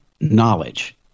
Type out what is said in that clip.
knowledge